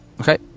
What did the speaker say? Okay